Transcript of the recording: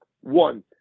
One